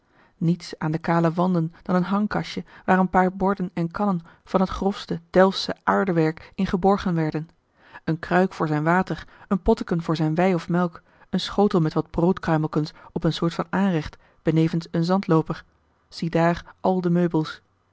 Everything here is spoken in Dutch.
niets aan de kale wanden dan een hangkastje waar een paar borden en kannen van het grofste delftsche aardewerk in geborgen werden een kruik voor zijn water een potteken voor zijne wei of melk een schotel met wat broodkruimelkens op eene soort van aanrecht benevens een zandlooper ziedaar al de meubels